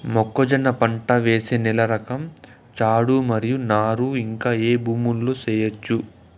మొక్కజొన్న పంట వేసే నేల రకం చౌడు మరియు నారు ఇంకా ఏ భూముల్లో చేయొచ్చు?